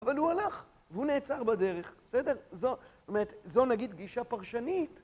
אבל הוא הלך והוא נעצר בדרך, בסדר? זאת אומרת, זו נגיד גישה פרשנית.